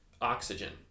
Oxygen